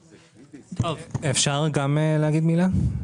אפשר גם להגיד מילה?